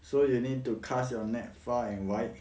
so you need to cast your net far and wide